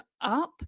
up